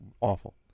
awful